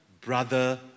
brother